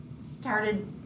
started